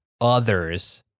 others